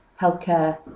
healthcare